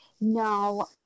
No